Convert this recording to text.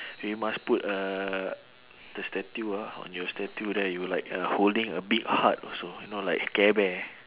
we must put uh the statue ah on your statue there you like uh holding a big heart also you know like care bear